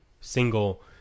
single